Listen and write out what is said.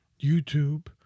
YouTube